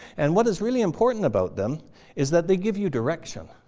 and what is really important about them is that they give you direction.